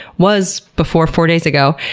was before four days ago,